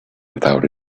without